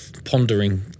Pondering